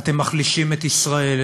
אתם מחלישים את ישראל,